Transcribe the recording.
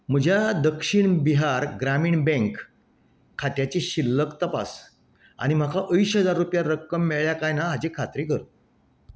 म्हज्या दक्षिण बिहार ग्रामीण बँक खात्याची शिल्लक तपास आनी म्हाका अंयशी हजार रुपया रक्कम मेळ्ळ्या काय ना हाची खात्री कर